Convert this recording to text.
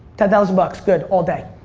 ten thousand bucks, good, all day.